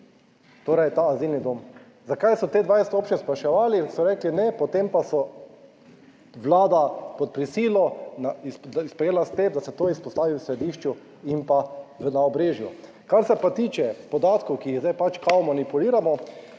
torej ta azilni dom? Zakaj so te 20 občin spraševali, so rekli ne, potem pa so, vlada pod prisilo sprejela sklep, da se to izpostavi v središču in pa na Obrežju. Kar se pa tiče podatkov, ki jih zdaj pač kao manipuliramo,